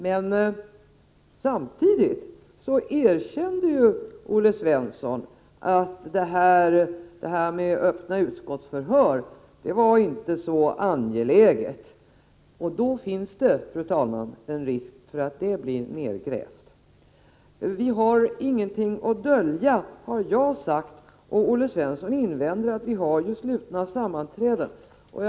Men samtidigt erkände Olle Svensson att han inte tycker att det är så angeläget med öppna utskottsförhör. Då finns det en risk för att det förslaget blir nergrävt. Vi har ingenting att dölja, har jag sagt, och Olle Svensson invänder att utskottssammanträdena är slutna.